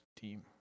team